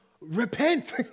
Repent